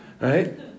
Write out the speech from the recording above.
Right